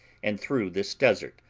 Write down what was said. and through this desert,